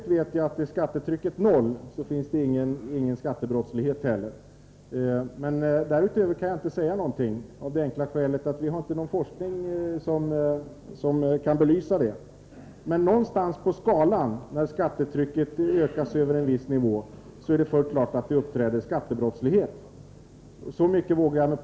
Jag vet med säkerhet att om skattetrycket är noll finns det inte heller någon skattebrottslighet. Därutöver kan jag inte säga någonting, av det enkla skälet att det inte finns några forskningsresultat som kan belysa det. Men någonstans på skalan — när skattetrycket utökas över en viss nivå — är det fullt klart att det uppträder skattebrottslighet. Så mycket vågar jag säga.